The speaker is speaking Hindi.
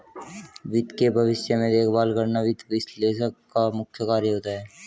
वित्त के भविष्य में देखभाल करना वित्त विश्लेषक का मुख्य कार्य होता है